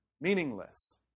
Meaningless